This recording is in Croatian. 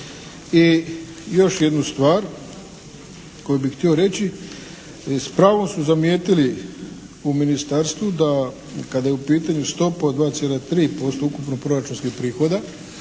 I još jednu stvar koju bih htio reći s pravom su zamijetili u Ministarstvu da kada je u pitanju stopa od 2,3% ukupno proračunskih prihoda